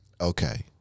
Okay